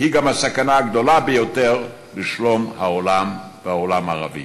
היא גם הסכנה הגדולה ביותר לשלום העולם והעולם הערבי.